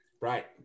Right